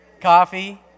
Coffee